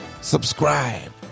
subscribe